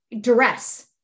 duress